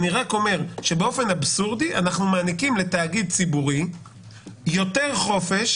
אני רק אומר שבאופן אבסורדי אנחנו מעניקים לתאגיד ציבורי יותר חופש